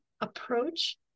approach